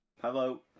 Hello